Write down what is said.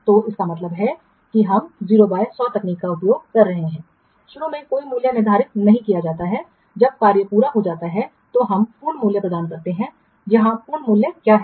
तो इसका मतलब है कि हम 0 बाय 100 तकनीक का उपयोग कर रहे हैं शुरू में कोई मूल्य निर्धारित नहीं किया जाता है जब नौकरी पूरी हो जाती है तो हम पूर्ण मूल्य प्रदान करते हैं यहां पूर्ण मूल्य क्या है